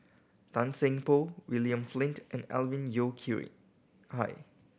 Tan Seng Poh William Flint and Alvin Yeo Khirn Hai